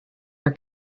for